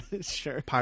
sure